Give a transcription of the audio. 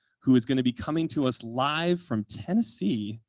who is going to be coming to us live from tennessee,